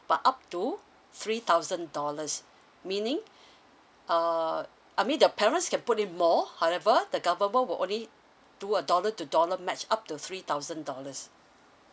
but up to three thousand dollars meaning uh I mean the parents can put in more however the government will only do a dollar to dollar match up to three thousand dollars